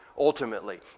ultimately